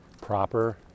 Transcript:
proper